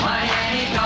Miami